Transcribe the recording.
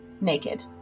naked